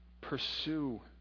pursue